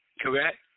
correct